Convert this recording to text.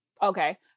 Okay